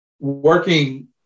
working